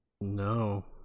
No